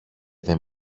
δεν